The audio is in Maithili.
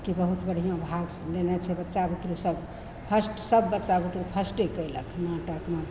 कि बहुत बढ़िआँ भाग लेने छै बच्चा बुतरु सभ फर्स्ट सब बच्चा बुतरु फर्स्टे कएलक नाटकमे